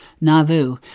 Nauvoo